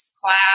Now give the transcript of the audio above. class